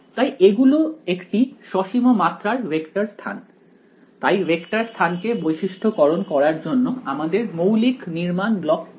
তাই এগুলি একটি সসীম মাত্রার ভেক্টর স্থান তাই ভেক্টর স্থানকে বৈশিষ্ট্য করণ করার জন্য আমাদের মৌলিক নির্মাণ ব্লক কি